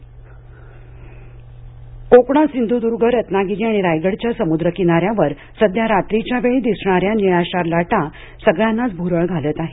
निळ्याशार लाटा कोकणात सिंधूदुर्ग रत्नागिरी आणि रायगडच्या समुद्रकिनाऱ्यावर सध्या रात्रीच्या वेळी दिसणाऱ्या निळाशार लाटा सर्वांनाच भुरळ घालत आहेत